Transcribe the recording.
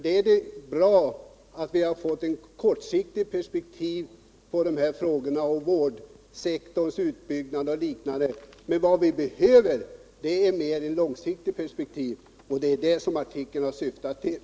Det är bra att vi har fått ett kortsiktigt perspektiv på dessa frågor om vårdnadssektorns utbyggnad och liknande, men vad vi behöver är ett mer långsiktigt perspektiv, och det är det som artikeln har syftat till.